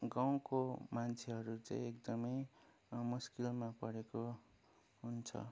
गाउँको मान्छेहरू चाहिँ एकदमै मुस्किलमा परेको हुन्छ